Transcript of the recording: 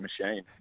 machine